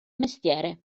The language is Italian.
mestiere